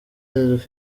ati